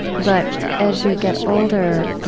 but as you get older,